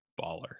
baller